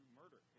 murder